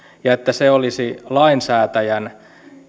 ja että se olisi lainsäätäjän